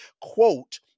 quote